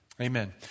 Amen